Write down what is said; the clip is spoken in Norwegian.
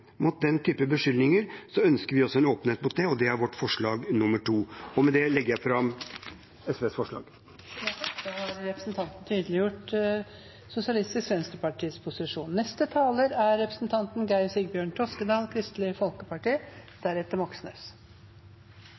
mot den typen beskyldninger ønsker vi også en åpenhet på det, og det er vårt forslag nr. 2. Med det legger jeg fram SVs forslag. Representanten Petter Eide har